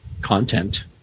content